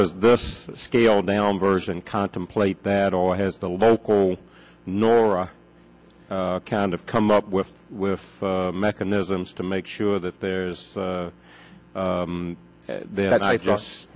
does this scaled down version contemplate that or has the local nora kind of come up with with mechanisms to make sure that there's that i just